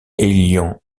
ayant